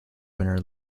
winner